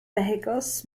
vehicles